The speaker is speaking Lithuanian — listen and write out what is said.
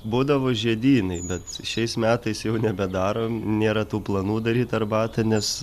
būdavo žiedynai bet šiais metais jau nebedarom nėra tų planų daryt arbatą nes